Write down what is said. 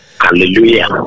Hallelujah